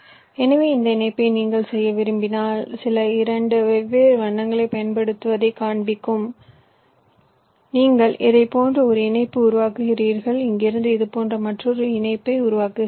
எனவே இந்த இணைப்பை நீங்கள் செய்ய விரும்பினால் சில இரண்டு வெவ்வேறு வண்ணங்களைப் பயன்படுத்துவதைக் காண்பிக்கும் நீங்கள் இதைப் போன்ற ஒரு இணைப்பை உருவாக்குகிறீர்கள் இங்கிருந்து இதுபோன்ற மற்றொரு இணைப்பை உருவாக்குகிறீர்கள்